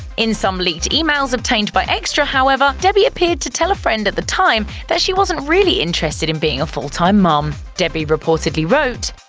in some leaked emails obtained by extra, however, debbie appeared to tell a friend at the time that she wasn't really interested in being a full time mom. debbie reportedly wrote,